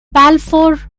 balfour